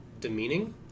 Demeaning